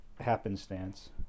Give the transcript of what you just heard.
happenstance